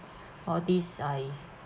all these I